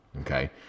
Okay